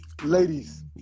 Ladies